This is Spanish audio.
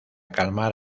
calmar